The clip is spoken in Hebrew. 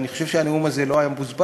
אני חושב שהנאום הזה לא היה מבוזבז,